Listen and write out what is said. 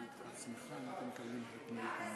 גם לשר האוצר.